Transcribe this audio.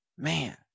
Man